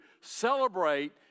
celebrate